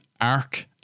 arc